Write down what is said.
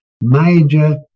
major